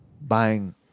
buying